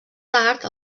tard